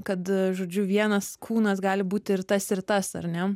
kad žodžiu vienas kūnas gali būti ir tas ir tas ar ne